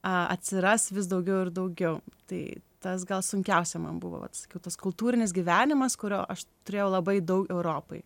atsiras vis daugiau ir daugiau tai tas gal sunkiausia man buvo vat sakiau tas kultūrinis gyvenimas kurio aš turėjau labai daug europoj